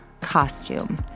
costume